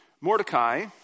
Mordecai